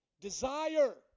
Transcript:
desire